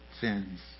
sins